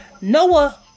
Noah